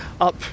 up